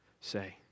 say